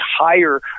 higher